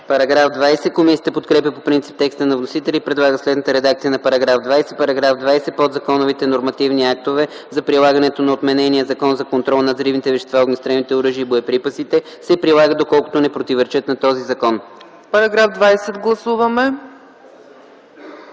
ЦИПОВ: Комисията подкрепя по принцип текста на вносителя и предлага следната редакция на § 20: „§ 20. Подзаконовите нормативни актове за прилагането на отменения Закон за контрол над взривните вещества, огнестрелните оръжия и боеприпасите се прилагат, доколкото не противоречат на този закон.” ПРЕДСЕДАТЕЛ ЦЕЦКА